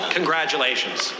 Congratulations